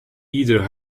either